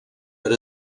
per